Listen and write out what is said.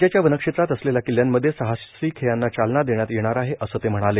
राज्याच्या वनक्षेत्रात असलेल्या किल्ल्यांमध्ये साहसी खेळांना चालना देण्यात येणार आहे असं ते म्हणाले